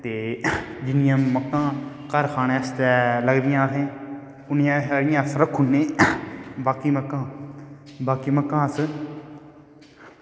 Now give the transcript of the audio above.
जिन्नियां मक्कां घर खानैं आस्तै लगदियां असैं उन्नियां सारियां अस रक्खी ओड़नें बाकी मक्कां बाकी मक्कां अस